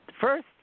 first